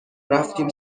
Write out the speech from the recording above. رفتیم